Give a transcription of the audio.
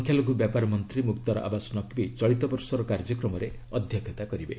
ସଂଖ୍ୟା ଲଘୁ ବ୍ୟାପାର ମନ୍ତ୍ରୀ ମୁକ୍ତାର ଆବାସ ନକବୀ ଚଳିତ ବର୍ଷର କାର୍ଯ୍ୟକ୍ରମରେ ଅଧ୍ୟକ୍ଷତା କରିବେ